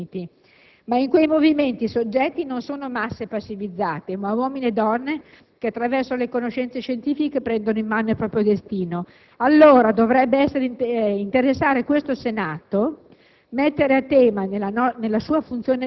vengono decisi e spostati questi limiti. Ma in quei movimenti i soggetti non sono masse passivizzate, ma uomini e donne che attraverso le conoscenze scientifiche prendono in mano il proprio destino. Allora dovrebbe interessare anche questo Senato